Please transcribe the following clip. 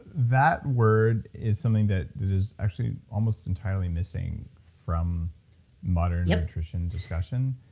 that word is something that that is actually almost entirely missing from modern nutrition discussion.